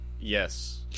Yes